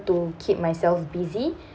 to keep myself busy